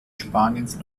spaniens